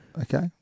Okay